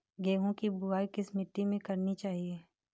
गेहूँ की बुवाई किस मिट्टी में करनी चाहिए?